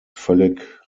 völlig